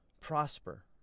prosper